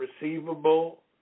receivable